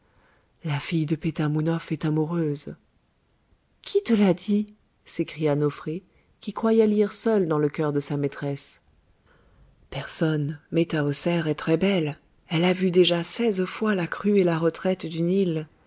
la fille de pétamounoph est amoureuse qui te l'a dit s'écria nofré qui croyait lire seule dans le cœur de sa maîtresse personne mais tahoser est très-belle elle a vu déjà seize fois la crue et la retraite du nil